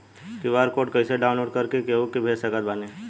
QR code कइसे download कर के केहु के भेज सकत बानी?